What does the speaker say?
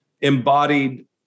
embodied